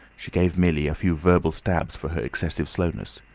she gave millie a few verbal stabs for her excessive slowness.